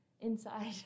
inside